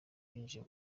binjiye